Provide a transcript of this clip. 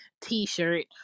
t-shirt